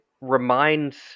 reminds